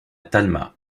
talma